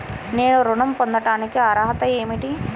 నేను ఋణం పొందటానికి అర్హత ఏమిటి?